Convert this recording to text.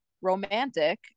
romantic